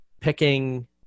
picking